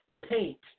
paint